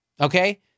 Okay